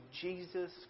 Jesus